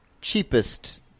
cheapest